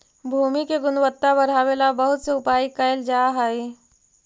भूमि के गुणवत्ता बढ़ावे ला बहुत से उपाय कैल जा हई